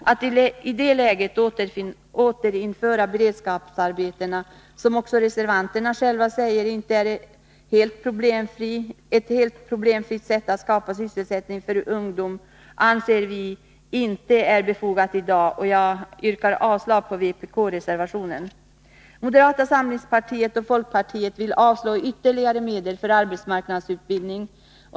Att i det läget återinföra beredskapsarbetena är, som också reservanterna själva säger, inte ett helt problemfritt sätt att skapa sysselsättning för ungdom. Vi anser det därför inte vara befogat i dag, varför jag yrkar avslag på vpk-reservationen. Moderata samlingspartiet och folkpartiet vill inte anslå ytterligare medel för arbetsmarknadsutbildning.